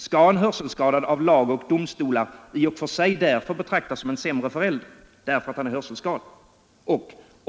Skall en hörselskadad av lag och domstolar i och för sig betraktas som en sämre förälder, därför att han är hörselskadad?